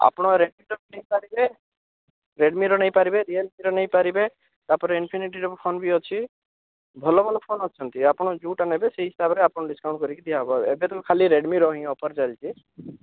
ଆପଣ ରେଡ଼ମିର ବି ନେଇପାରିବେ ରେଡ଼ମିର ନେଇପାରିବେ ରିଏଲମିର ନେଇପାରିବେ ତା'ପରେ ଇନଫିନିଟିର ସବୁ ଫୋନ ବି ଅଛି ଭଲ ଭଲ ଫୋନ ଅଛନ୍ତି ଆପଣ ଯେଉଁଟା ନେବେ ସେହି ହିସାବରେ ଆପଣ ଡିସକାଉଣ୍ଟ କରିକି ଦିଆହେବ ଏବେ ତ ଖାଲି ରେଡ଼ମିର ହିଁ ଅଫର୍ ଚାଲିଛି